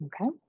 Okay